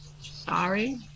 sorry